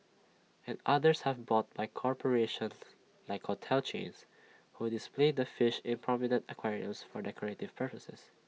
and others have bought by corporations like hotel chains who display the fish in prominent aquariums for decorative purposes